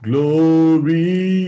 Glory